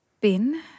Bin